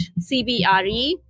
CBRE